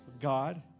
God